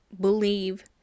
believe